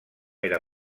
era